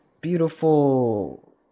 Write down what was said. beautiful